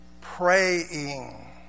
Praying